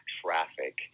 traffic